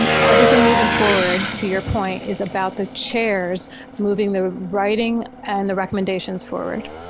everything moving forward to your point is about the chairs moving the writing and the recommendations forward.